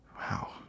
Wow